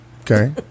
Okay